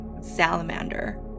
salamander